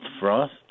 frost